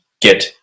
get